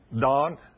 Don